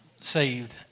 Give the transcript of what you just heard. saved